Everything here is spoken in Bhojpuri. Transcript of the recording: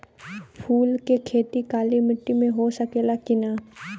फूल के खेती काली माटी में हो सकेला की ना?